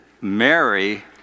Mary